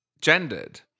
gendered